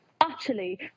utterly